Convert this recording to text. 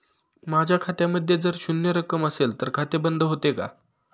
माझ्या खात्यामध्ये जर शून्य रक्कम असेल तर खाते बंद होते का?